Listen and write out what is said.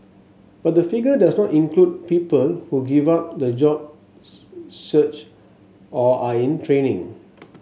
but the figure does not include people who give up the job search or are in training